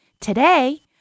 Today